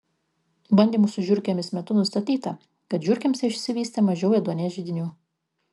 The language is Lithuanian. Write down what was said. bandymų su žiurkėmis metu nustatyta kad žiurkėms išsivystė mažiau ėduonies židinių